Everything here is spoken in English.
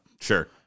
sure